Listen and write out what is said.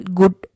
good